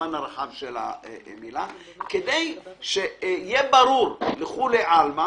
במובן הרחב של המילה, כדי שיהיה ברור לכולי עלמא